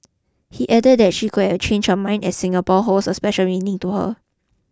he added that she could have changed her mind as Singapore holds a special meaning to her